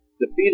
defeated